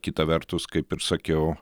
kita vertus kaip ir sakiau